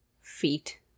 feet